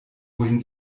wohin